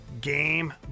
game